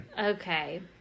Okay